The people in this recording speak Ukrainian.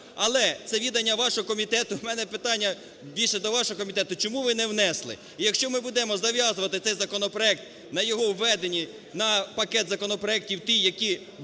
Але це відання вашого комітету. У мене питання більше до вашого комітету: чому ви не внесли? І якщо ми будемо зав'язувати цей законопроект, на його введенні на пакет законопроектів ті, які ви,